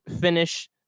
finish